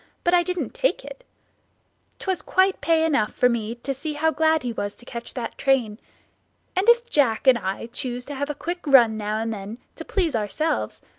but i didn't take it twas quite pay enough for me to see how glad he was to catch that train and if jack and i choose to have a quick run now and then to please ourselves,